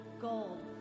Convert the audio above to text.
gold